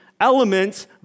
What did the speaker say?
elements